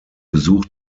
besuch